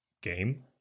game